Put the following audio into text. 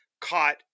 caught